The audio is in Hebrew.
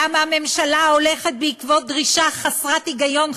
למה הממשלה הולכת בעקבות דרישה חסרת היגיון,